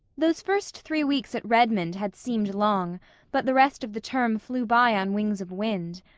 those first three weeks at redmond had seemed long but the rest of the term flew by on wings of wind.